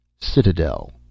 Citadel